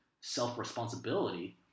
self-responsibility